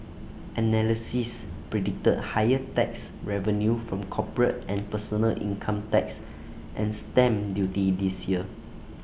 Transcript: analysts predict higher tax revenue from corporate and personal income tax and stamp duty this year